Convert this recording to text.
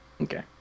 okay